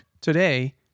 Today